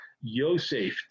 Yosef